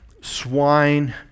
swine